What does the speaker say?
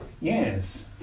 yes